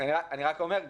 אני רק אומר,